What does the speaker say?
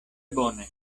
bone